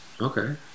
Okay